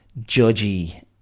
judgy